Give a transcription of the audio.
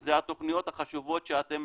זה התוכניות החשובות שאתם